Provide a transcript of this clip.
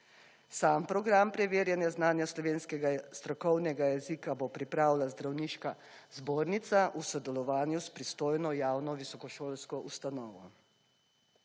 Sam program preverjanja znanja slovenskega strokovnega jezika bo pripravila zdravniška zbornica v sodelovanju s pristojno javno visokošolsko ustanovo.